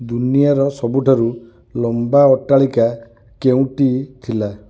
ଦୁନିଆର ସବୁଠାରୁ ଲମ୍ବା ଅଟ୍ଟାଳିକା କେଉଁଟି ଥିଲା